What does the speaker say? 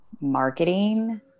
marketing